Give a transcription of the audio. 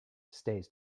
stays